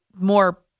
more